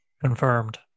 Confirmed